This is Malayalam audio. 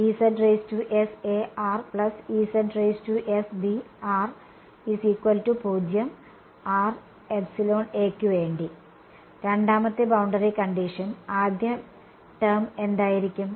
യ്ക് വേണ്ടി രണ്ടാമത്തെ ബൌണ്ടറി കണ്ടിഷൻ ആദ്യ ടേം എന്തായിരിക്കും